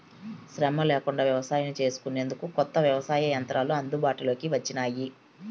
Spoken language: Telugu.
శ్రమ లేకుండా వ్యవసాయాన్ని చేసుకొనేందుకు కొత్త వ్యవసాయ యంత్రాలు అందుబాటులోకి వచ్చినాయి